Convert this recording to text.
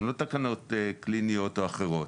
הן לא תקנות קליניות או אחרות.